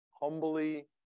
Humbly